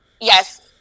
Yes